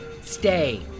stay